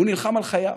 הוא נלחם על חייו.